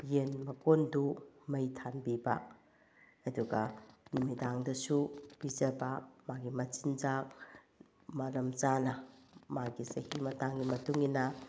ꯌꯦꯟ ꯃꯀꯣꯟꯗꯨ ꯃꯩ ꯊꯥꯟꯕꯤꯕ ꯑꯗꯨꯒ ꯅꯨꯃꯤꯗꯥꯡꯗꯁꯨ ꯄꯤꯖꯕ ꯃꯥꯒꯤ ꯃꯆꯤꯟꯖꯥꯛ ꯃꯔꯝ ꯆꯥꯅ ꯃꯥꯒꯤ ꯆꯍꯤ ꯃꯇꯥꯡꯒꯤ ꯃꯇꯨꯡ ꯏꯟꯅ